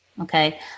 okay